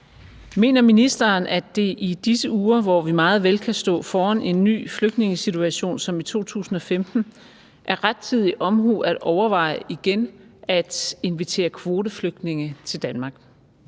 Mener ministeren, at det i disse uger, hvor vi meget vel kan stå foran en ny flygtningesituation som i 2015, er rettidig omhu at overveje igen at invitere kvoteflygtninge til Danmark?